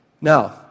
Now